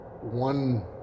one